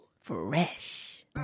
fresh